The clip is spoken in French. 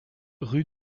rue